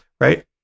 right